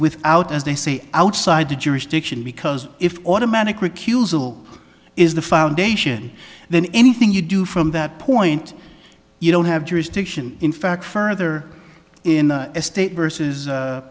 without as they say outside the jurisdiction because if automatic recusal is the foundation then anything you do from that point you don't have jurisdiction in fact further in a state versus